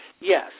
Yes